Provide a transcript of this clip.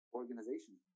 organizations